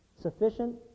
Sufficient